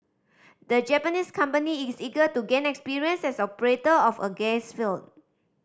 the Japanese company is eager to gain experience as operator of a gas field